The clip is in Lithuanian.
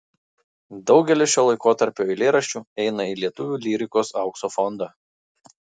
daugelis šio laikotarpio eilėraščių įeina į lietuvių lyrikos aukso fondą